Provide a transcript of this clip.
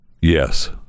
yes